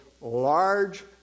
large